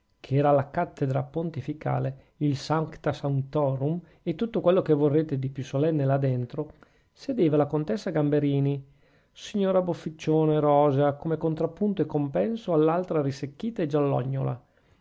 che era la cattedra pontificale il sancta sanctorum e tutto quel che vorrete di più solenne là dentro sedeva la contessa gamberini signora bofficiona e rosea come contrapposto e compenso all'altra risecchita e giallognola